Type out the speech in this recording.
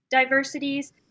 diversities